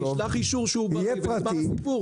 ישלח אישור שהוא בריא ונגמר הסיפור.